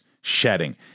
shedding